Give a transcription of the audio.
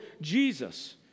Jesus